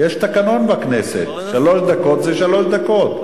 יש תקנון בכנסת ושלוש דקות זה שלוש דקות.